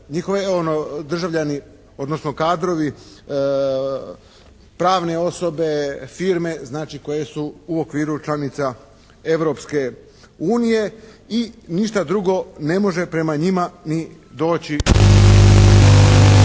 njihovi državljani odnosno kadrovi, pravne osobe, firme znači koje su u okviru članica Europske unije i ništa drugo ne može prema njima ni doći